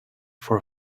for